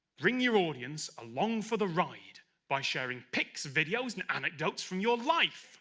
bring your audience along for the ride by sharing pics videos and anecdotes from your life